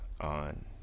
on